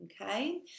okay